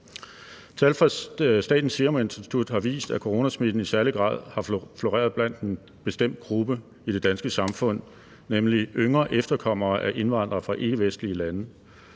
Tal fra Statens Serum Institut har vist, at coronasmitte i særlig grad har floreret blandt en bestemt gruppe i det danske samfund, nemlig yngre efterkommere af indvandrere fra ikkevestlige lande.